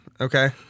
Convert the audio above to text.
okay